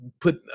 put